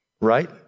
right